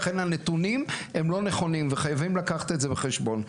לכן הנתונים הם לא נכונים וחייבים לקחת את זה בחשבון.